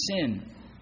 sin